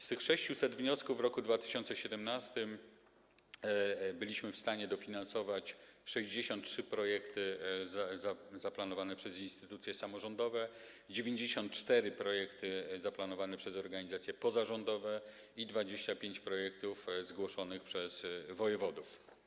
Z tych 600 wniosków w roku 2017 byliśmy w stanie dofinansować 63 projekty zaplanowane przez instytucje samorządowe, 94 projekty zaplanowane przez organizacje pozarządowe i 25 projektów zgłoszonych przez wojewodów.